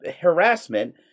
harassment